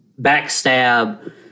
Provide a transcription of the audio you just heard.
backstab